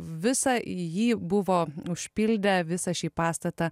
visą jį buvo užpildę visą šį pastatą